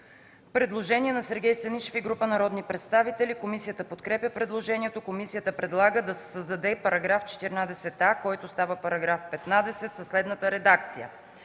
Предложение на Сергей Станишев и група народни представители. Комисията подкрепя предложението. Комисията предлага да се създаде § 14а, който става § 15, със следната редакция: